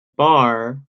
bar